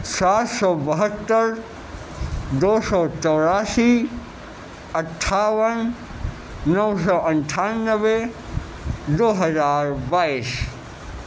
سات سو بہتر دو سو چوراسی اٹھاون نو سو اٹھانوے دو ہزار بائیس